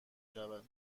شود